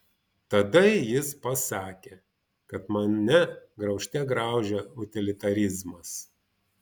tada jis pasakė kad mane graužte graužia utilitarizmas